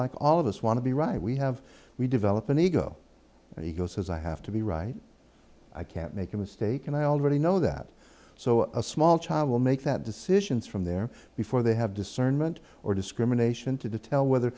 like all of us want to be right we have we develop an ego and he goes i have to be right i can't make a mistake and i already know that so a small child will make that decisions from there before they have discernment or discrimination to tell whether